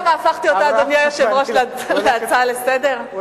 אתה יודע למה הפכתי אותה להצעה לסדר-היום?